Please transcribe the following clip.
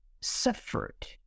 suffered